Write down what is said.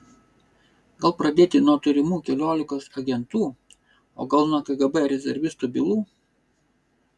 gal pradėti nuo turimų keliolikos agentų o gal nuo kgb rezervistų bylų